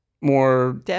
more